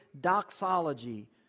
doxology